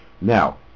Now